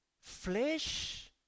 flesh